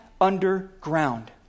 underground